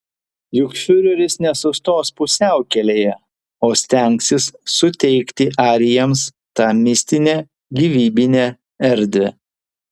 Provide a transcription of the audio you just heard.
juk fiureris nesustos pusiaukelėje o stengsis suteikti arijams tą mistinę gyvybinę erdvę